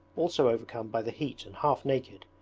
also overcome by the heat and half naked,